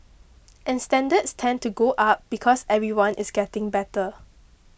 and standards tend to go up because everyone is getting better